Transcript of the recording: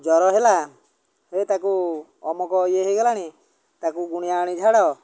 ଜ୍ୱର ହେଲା ହେ ତାକୁ ଅମକ ଇଏ ହେଇଗଲାଣି ତାକୁ ଗୁଣିଆ ଆଣି ଝାଡ଼